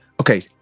Okay